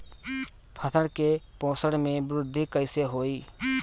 फसल के पोषक में वृद्धि कइसे होई?